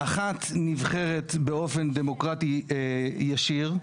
האחת נבחרת באופן דמוקרטי ישיר,